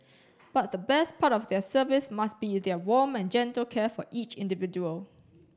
but the best part of their service must be their warm and gentle care for each individual